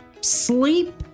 sleep